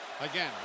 Again